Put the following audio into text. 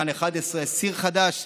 כאן 11: שיא חדש,